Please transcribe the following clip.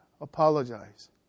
apologize